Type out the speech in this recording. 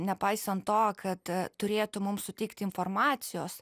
nepaisant to kad turėtų mums suteikti informacijos